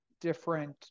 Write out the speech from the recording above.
different